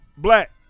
black